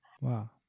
Wow